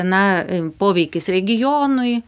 na poveikis regionui